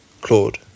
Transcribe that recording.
Claude